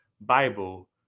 Bible